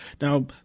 Now